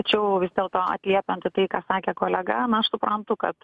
tačiau vis dėlto atliepiant į apie ką sakė kolega na aš suprantu kad